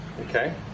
Okay